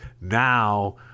Now